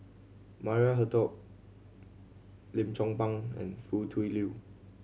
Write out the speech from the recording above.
Maria Hertogh Lim Chong Pang and Foo Tui Liew